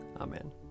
Amen